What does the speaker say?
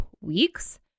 weeks